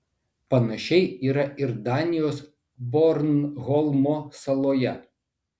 panašiai yra ir danijos bornholmo saloje